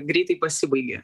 greitai pasibaigė